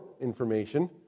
information